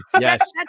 Yes